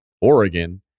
Oregon